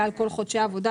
עד שתיים וחצי נקודות זיכוי.